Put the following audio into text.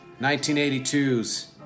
1982's